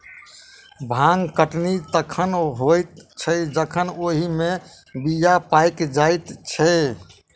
भांग कटनी तखन होइत छै जखन ओहि मे बीया पाइक जाइत छै